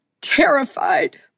terrified